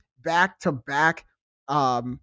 back-to-back